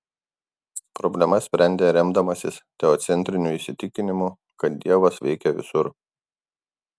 problemas sprendė remdamasis teocentriniu įsitikinimu kad dievas veikia visur